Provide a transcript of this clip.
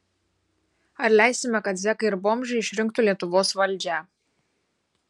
ar leisime kad zekai ir bomžai išrinktų lietuvos valdžią